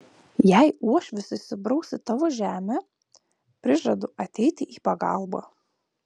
jei uošvis įsibraus į tavo žemę prižadu ateiti į pagalbą